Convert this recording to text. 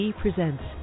presents